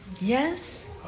Yes